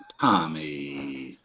Tommy